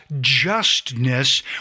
justness